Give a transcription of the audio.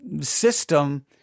system